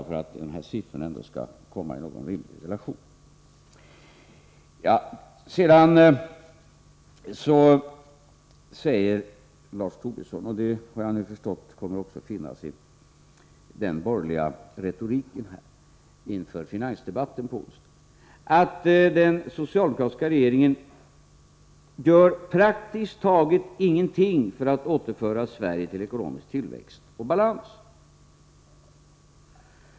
Med detta vill jag framhålla en rimlig relation när det gäller nämnda siffror. Lars Tobisson säger, och jag har förstått att det kommer att återfinnas i den borgerliga retoriken här i finansdebatten på onsdag, att den socialdemokratiska regeringen praktiskt taget inte gör någonting för att åter få ekonomisk tillväxt och balans i Sverige.